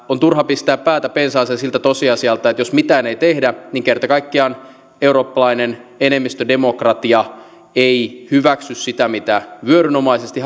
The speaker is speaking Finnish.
on turha pistää päätä pensaaseen siltä tosiasialta että jos mitään ei tehdä niin kerta kaikkiaan eurooppalainen enemmistödemokratia ei hyväksy sitä mitä vyörynomaisesti